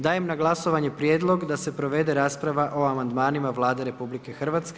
Dajem na glasovanje prijedlog da se provede rasprava o amandmanima Vlade RH.